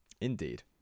indeed